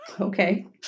okay